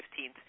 15th